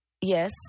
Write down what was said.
Yes